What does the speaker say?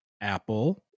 Apple